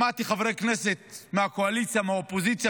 שמעתי חברי הכנסת מהקואליציה ומהאופוזיציה